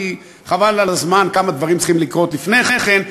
חבל על הזמן כמה דברים צריכים לקרות לפני כן.